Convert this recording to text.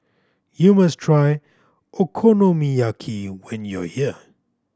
you must try Okonomiyaki when you are here